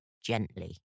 gently